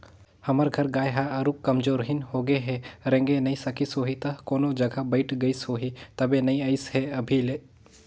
हमर घर गाय ह आरुग कमजोरहिन होगें हे रेंगे नइ सकिस होहि त कोनो जघा बइठ गईस होही तबे नइ अइसे हे अभी ले